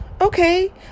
okay